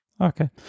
okay